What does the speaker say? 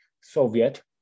Soviet